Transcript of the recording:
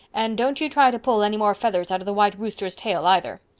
and don't you try to pull any more feathers out of the white rooster's tail either.